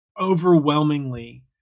overwhelmingly